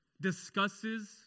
discusses